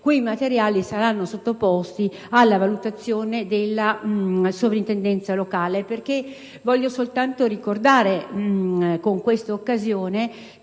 questi saranno sottoposti alla valutazione della sovrintendenza locale. Voglio solo ricordare, in questa occasione,